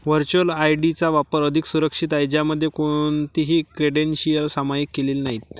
virtual ID चा वापर अधिक सुरक्षित आहे, ज्यामध्ये कोणतीही क्रेडेन्शियल्स सामायिक केलेली नाहीत